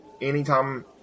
anytime